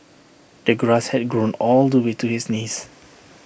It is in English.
the grass had grown all the way to his knees